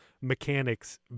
mechanics